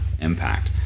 impact